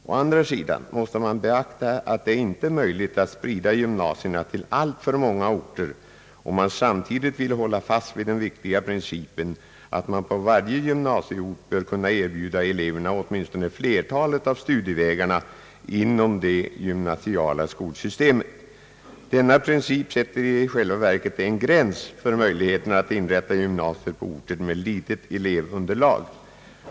Å andra sidan måste man beakta att det inte är möjligt att sprida gymnasierna till alltför många orter, om man samtidigt vill hålla fast vid den viktiga principen att man på varje gymnasieort bör kunna erbjuda eleverna åtminstone flertalet av studievägarna inom det gymnasiala skolsystemet. Denna princip sätter i själva verket en gräns för möjligheterna att inrätta gymnasier på orter med litet elevunderlag.